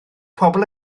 pobl